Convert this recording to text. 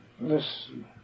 Listen